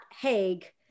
Haig